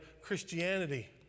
Christianity